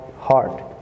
heart